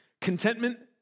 Contentment